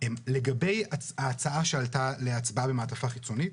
לגבי ההצעה שעלתה להצבעה במעטפה חיצונית,